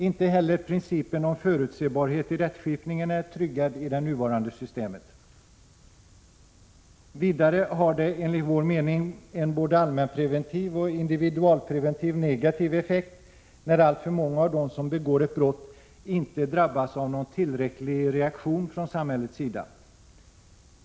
Inte heller principen om förutsebarhet i rättskipningen är tryggad i det nuvarande systemet. Vidare har det enligt vår mening en både allmänpreventivt och individualpreventivt negativ effekt när alltför många av dem som begår ett brott inte drabbas av tillräcklig reaktion från samhällets sida.